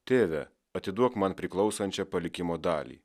tėve atiduok man priklausančią palikimo dalį